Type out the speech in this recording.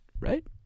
Right